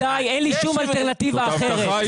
איתי, אין לי שום אלטרנטיבה אחרת.